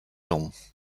longs